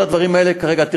כל הדברים האלה כרגע,